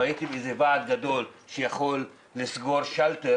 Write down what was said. אם הייתם איזה ועד גדול שיכול לסגור שאלטר